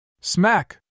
Smack